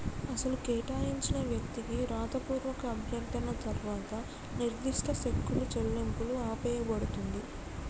అసలు కేటాయించిన వ్యక్తికి రాతపూర్వక అభ్యర్థన తర్వాత నిర్దిష్ట సెక్కులు చెల్లింపులు ఆపేయబడుతుంది